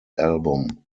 album